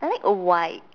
I like a white